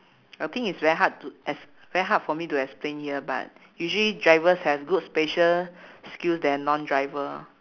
I think is very hard to ex~ very hard for me to explain here but usually drivers have good spatial skills than non driver